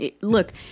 look